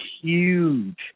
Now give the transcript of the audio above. huge